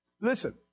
Listen